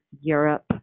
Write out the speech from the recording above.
Europe